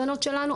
הבנות שלנו,